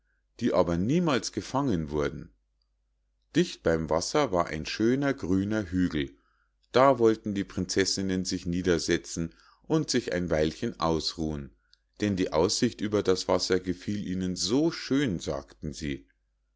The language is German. die aber niemals gefangen wurden dicht beim wasser war ein schöner grüner hügel da wollten die prinzessinnen sich niedersetzen und sich ein weilchen ausruhen denn die aussicht über das wasser gefiel ihnen so schön sagten sie